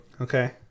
Okay